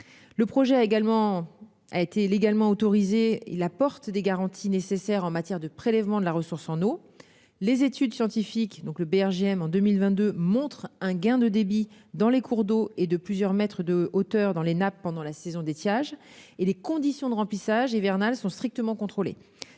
Le projet, qui a été légalement autorisé, apporte des garanties nécessaires en matière de prélèvement de la ressource en eau. Les études scientifiques du Bureau de recherches géologiques et minières (BRGM) de 2022 montrent un gain de débit dans les cours d'eau et de plusieurs mètres de hauteur dans les nappes pendant la saison d'étiage ; les conditions de remplissage hivernales sont strictement contrôlées.